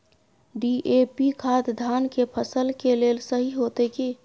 DAP खाद धान के फसल के लेल सही होतय की?